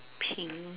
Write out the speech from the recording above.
pink